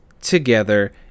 together